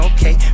Okay